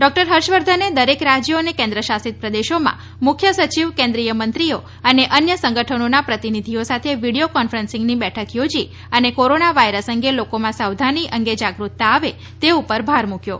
doctor Harsh વર્ધને દરેક રાજયો અને કેન્દ્ર શાસિત પ્રદેશોમાં મુખ્ય સચિવ કેન્દ્રિય મંત્રીઓ અને અન્ય સંગઠનોના પ્રતિનિધિઓ સાથે વીડીયો કોન્ફરન્સથી બેઠક યોજી અને કોરોના વાયરસ અંગે લોકોમાં સાવધાની અંગે જાગૃતતા આવે તે ઉપર ભાર મુકચો